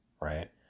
right